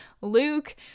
Luke